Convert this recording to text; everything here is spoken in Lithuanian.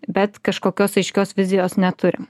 bet kažkokios aiškios vizijos neturim